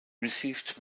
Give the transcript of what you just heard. received